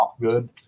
good